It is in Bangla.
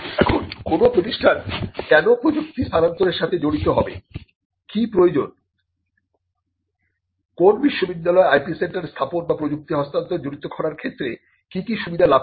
এখন কোন প্রতিষ্ঠান কেন প্রযুক্তি স্থানান্তরের সাথে জড়িত হবে কি প্রয়োজন কোন বিশ্ববিদ্যালয় IP সেন্টার স্থাপন বা প্রযুক্তি হস্তান্তর জড়িত করার ক্ষেত্রে কি কি সুবিধা লাভ করে